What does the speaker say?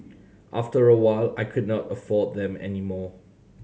after a while I could not afford them any more